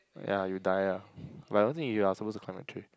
yeah you die ah but I don't think you are supposed to climb a tree